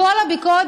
כל הביקורת,